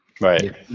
Right